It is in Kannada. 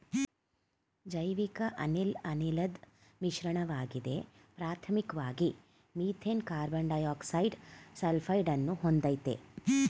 ಜೈವಿಕಅನಿಲ ಅನಿಲದ್ ಮಿಶ್ರಣವಾಗಿದೆ ಪ್ರಾಥಮಿಕ್ವಾಗಿ ಮೀಥೇನ್ ಕಾರ್ಬನ್ಡೈಯಾಕ್ಸೈಡ ಸಲ್ಫೈಡನ್ನು ಹೊಂದಯ್ತೆ